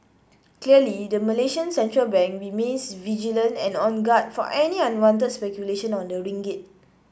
clearly the Malaysian central bank remains vigilant and on guard for any unwanted speculation on the ringgit